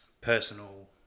personal